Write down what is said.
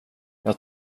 jag